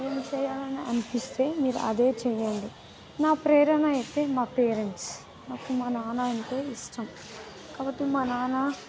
ఏం చేయాలని అనిపిస్తే మీరు అదే చేయండి నా ప్రేరణ అయితే మా పేరెంట్స్ మాకు మా నాన్న అంటే ఇష్టం కాబట్టి మా నాన్న